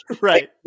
right